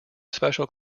special